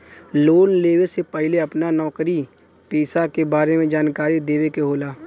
Loan लेवे से पहिले अपना नौकरी पेसा के बारे मे जानकारी देवे के होला?